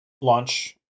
Launch